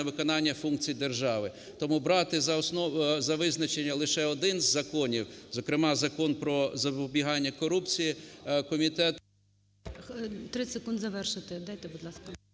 виконання функцій держави. Тому брати за визначення лише один з законів, зокрема Закон "Про запобігання корупції", Комітет…